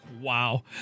Wow